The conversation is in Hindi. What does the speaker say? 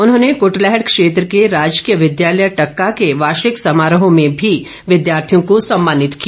उन्होंने कृटलैहड़ क्षेत्र के राजकीय विद्यालय टक्का के वार्षिक समारोह में भी विद्यार्थियों को सम्मानित किया